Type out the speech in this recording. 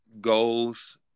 goals